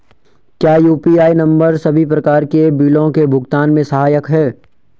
क्या UPI number सभी प्रकार के बिलों के भुगतान में सहायक हैं?